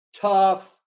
tough